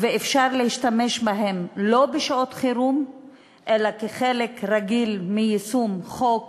וכך אפשר להשתמש בהן לא בשעות חירום אלא כחלק רגיל מיישום חוק